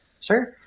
Sure